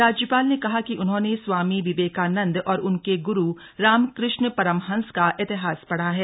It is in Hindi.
राज्यपाल ने कहा कि उन्होंने स्वामी विवेकानंद और उनके ग्रु रामकष्ण परमहंस का इतिहास पढ़ा हैं